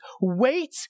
Wait